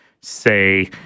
say